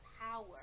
power